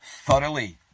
thoroughly